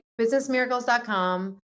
Businessmiracles.com